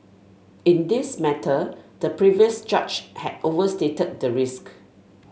in this matter the previous judge had overstated the risk